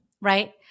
right